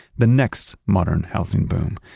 the next modern housing boom,